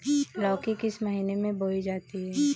लौकी किस महीने में बोई जाती है?